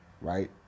right